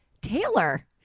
Taylor